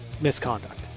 misconduct